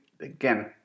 Again